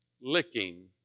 licking